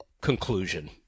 conclusion